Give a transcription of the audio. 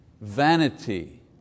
vanity